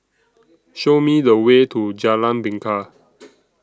Show Me The Way to Jalan Bingka